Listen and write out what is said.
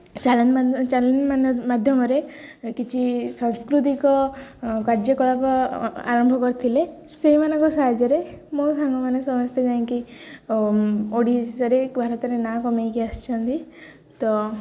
challenge challenge ମାଧ୍ୟମରେ କିଛି ସାସ୍କୃତିକ କାର୍ଯ୍ୟକଳାପ ଆରମ୍ଭ କରିଥିଲେ ସେହିମାନଙ୍କ ସାହାଯ୍ୟରେ ମୋ ସାଙ୍ଗମାନେ ସମସ୍ତେ ଯାଇକି ଓଡ଼ିଶାରେ ଭାରତରେ ନାଁ କମେଇକି ଆସିଛନ୍ତି ତ